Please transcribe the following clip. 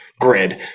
grid